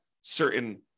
certain